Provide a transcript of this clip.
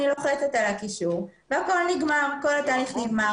אני לוחצת על הקישור וכל התהליך נגמר.